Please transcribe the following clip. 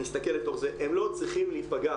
הם לא צריכים להיפגע.